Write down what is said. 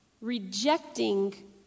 rejecting